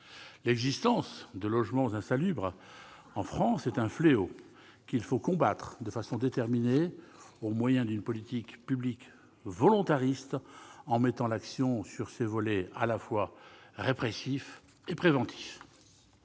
L'existence de logements insalubres en France est un fléau qu'il faut combattre de façon déterminée au moyen d'une politique publique volontariste, en mettant l'accent sur les volets répressif et préventif.